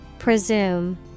Presume